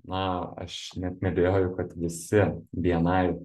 na aš net neabejoju kad visi bni